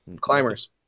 climbers